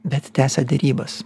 bet tęsia derybas